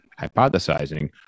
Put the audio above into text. hypothesizing